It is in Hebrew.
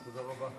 תודה רבה.